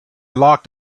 locked